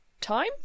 time